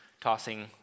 tossing